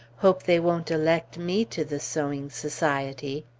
hope they won't elect me to the sewing society!